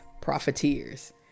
profiteers